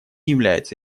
является